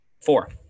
Four